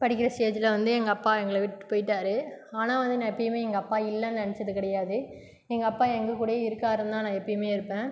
படிக்கிற ஸ்டேஜில் வந்து எங்கள் அப்பா எங்களை விட்டு போய்ட்டாரு ஆனால் வந்து நான் எப்பவுமே எங்கள் அப்பா இல்லைனு நினச்சது கிடையாது எங்கள் அப்பா எங்கள் கூடவே இருக்காருன்னு தான் நான் எப்பவுமே இருப்பேன்